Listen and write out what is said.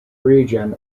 region